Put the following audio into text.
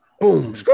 boom